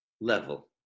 level